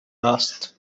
asked